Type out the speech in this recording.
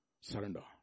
surrender